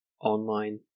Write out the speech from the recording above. online